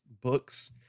books